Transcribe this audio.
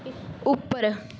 ਉੱਪਰ